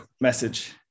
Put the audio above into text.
message